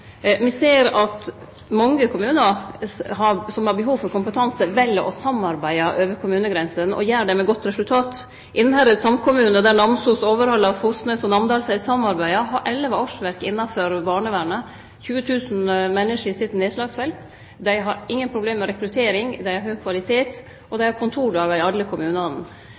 Me ser at mange kommunar som har behov for kompetanse, vel å samarbeide over kommunegrensene og gjer det med godt resultat. Innherred samkommune, der Namsos, Overhalla, Fosnes og Namdalseid samarbeider, har elleve årsverk innanfor barnevernet – 20 000 menneske i sitt nedslagsfelt. Dei har ingen problem med rekruttering, dei har høg kvalitet, og dei har kontordagar i alle kommunane.